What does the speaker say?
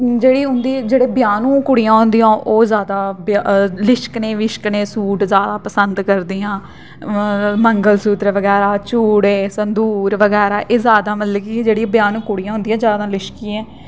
जेह्ड़ी उंदी जेह्ड़ी बेहानू कुड़ियां होंदियां ओह् जैदा लिशकने बिशकने सूट जैदा पंसद करदियां मंगलसूतर बगैरा चूड़े सदूंर बगैरा एह् जैदा मतलब कि जेह्ड़ियां बेहानूं कुडियां होंदियां जैदा लिशकियै